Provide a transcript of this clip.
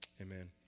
amen